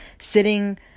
sitting